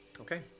Okay